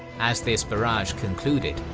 as this barrage concluded,